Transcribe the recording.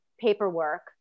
paperwork